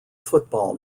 football